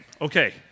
Okay